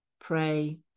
pray